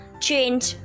change